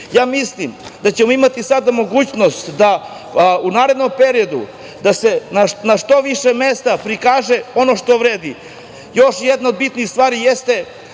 Srbiji. Mislim da ćemo imati sada mogućnost u narednom periodu da se na što više mesta prikaže ono što vredi. Još jedna od bitnih stvari jeste